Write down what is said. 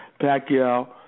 Pacquiao